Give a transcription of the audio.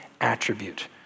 attribute